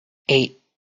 eight